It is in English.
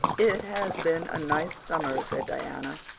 it has been a nice summer, said diana,